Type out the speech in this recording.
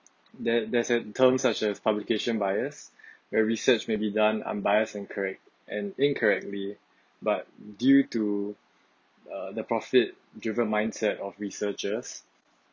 there there's a terms such as publication bias and research may be done unbiased and correct and incorrectly but due to the profit driven mindset of researchers